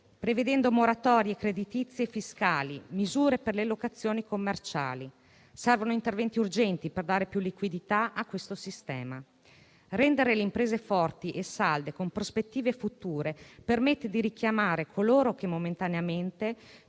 prevedendo moratorie creditizie e fiscali e misure per le locazioni commerciali. Servono interventi urgenti per dare più liquidità a questo sistema. Rendere le imprese forti e salde, con prospettive future, permette di richiamare coloro che momentaneamente